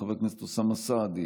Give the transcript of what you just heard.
חבר הכנסת אוסאמה סעדי,